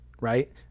right